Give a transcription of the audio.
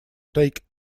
take